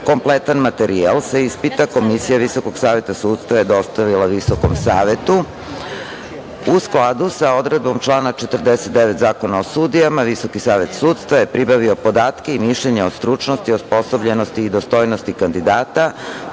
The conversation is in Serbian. Kompletan materijal sa ispita Komisija Visokog saveta sudstva je dostavila Visokom savetu.U skladu sa odredbom člana 49. Zakona o sudijama, Visoki savet sudstva je pribavio podatke i mišljenja o stručnosti, osposobljenosti i dostojnosti kandidata.